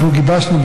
גיבשנו,